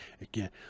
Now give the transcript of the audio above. again